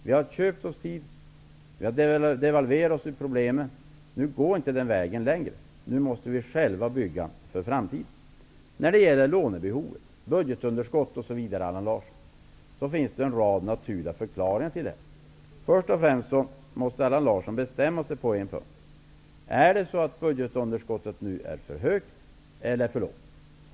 Vi har köpt oss tid och devalverat oss ur problemen. Nu går det inte att göra så längre. Vi måste själva bygga för framtiden. När det gäller lånebehovet, budgetunderskottet osv. finns det en rad naturliga förklaringar, Allan Larsson. Först och främst måste Allan Larsson bestämma sig på en punkt. Han måste bestämma sig för om budgetunderskottet nu är för högt eller för lågt.